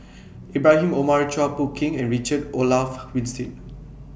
Ibrahim Omar Chua Phung Kim and Richard Olaf Winstedt